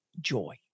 joy